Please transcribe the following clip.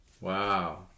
Wow